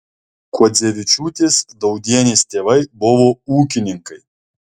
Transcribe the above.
kuodzevičiūtės daudienės tėvai buvo ūkininkai